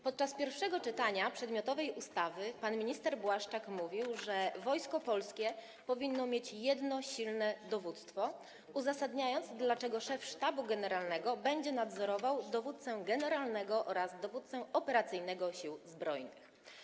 Podczas pierwszego czytania przedmiotowej ustawy pan minister Błaszczak mówił, że Wojsko Polskie powinno mieć jedno silne dowództwo, uzasadniając, dlaczego szef Sztabu Generalnego będzie nadzorował dowódcę generalnego oraz dowódcę operacyjnego Sił Zbrojnych.